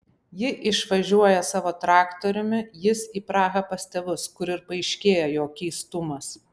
ji išvažiuoja savo traktoriumi jis į prahą pas tėvus kur ir paaiškėja jo keistumas